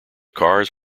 cars